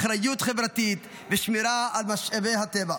אחריות חברתית ושמירה על משאבי הטבע.